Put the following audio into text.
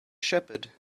shepherd